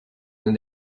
nos